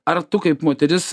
ar tu kaip moteris